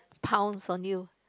pounds on you